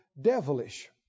devilish